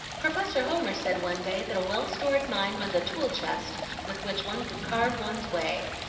professor homer said one day that a well-stored mind was a tool-chest with which one could carve one's way.